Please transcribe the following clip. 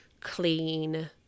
clean